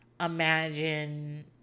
imagine